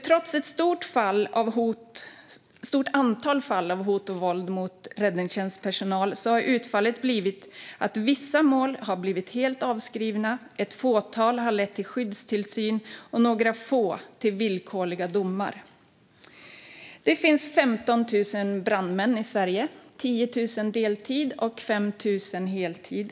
Trots ett stort antal fall av hot och våld mot räddningstjänstpersonal har utfallet blivit att vissa mål har blivit helt avskrivna, ett fåtal har lett till skyddstillsyn och några få har lett till villkorliga domar. Det finns 15 000 brandmän i Sverige - 10 000 på deltid och 5 000 på heltid.